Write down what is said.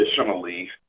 Additionally